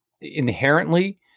inherently